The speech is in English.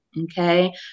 Okay